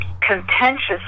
contentious